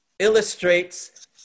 illustrates